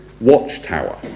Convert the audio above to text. watchtower